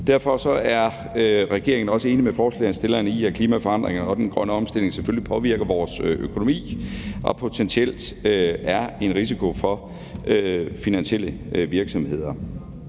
Derfor er regeringen også enig med forslagsstillerne i, at klimaforandringer og den grønne omstilling selvfølgelig påvirker vores økonomi og potentielt er en risiko for finansielle virksomheder.